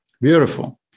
Beautiful